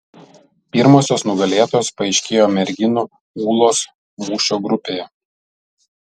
pirmosios nugalėtojos paaiškėjo merginų ūlos mūšio grupėje